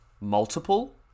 multiple